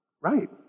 Right